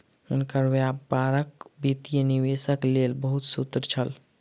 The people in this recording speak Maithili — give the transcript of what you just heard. हुनकर व्यापारक वित्तीय निवेशक लेल बहुत सूत्र छल